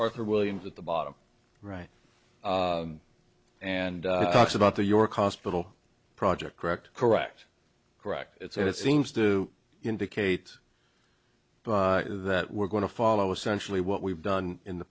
arthur williams at the bottom right and talks about the york hospital project correct correct correct it's and it seems to indicate that we're going to follow essentially what we've done in the